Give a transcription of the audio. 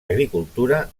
agricultura